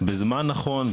בזמן נכון,